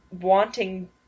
wanting